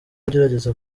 ugerageza